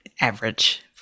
average